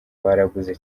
baraguze